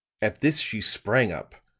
at this she sprang up,